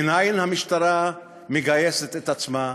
מנין המשטרה מגייסת את עצמה?